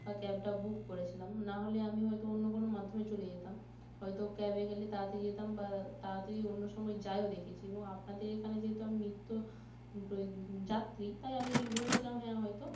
বা ক্যাবটা বুক করেছিলাম নাহলে আমি হয়তো অন্য কোনো মাধ্যমে চলে যেতাম হয়তো ক্যাবে গেলে তাড়াতাড়ি যেতাম বা তাড়াতাড়ি অন্য সময় যায়ও দেখেছি এবং আপনাদের এখানে যেহেতু আমি নিত্য যাত্রী তাই আমি ভেবেছিলাম হ্যাঁ হয়তো